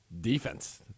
Defense